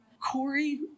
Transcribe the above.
Corey